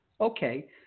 okay